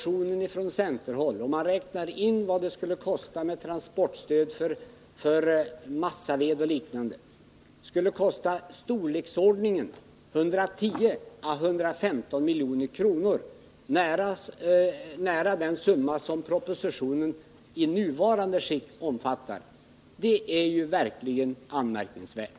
Om man räknar in vad transportstödet för massaved och liknande skulle kosta uppgår förslagen i centermotionen till 110-115 milj.kr. Det ligger nära den summa förslagen i propositionen i dess helhet i nuvarande skick omfattar. Det är verkligen anmärkningsvärt.